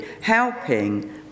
helping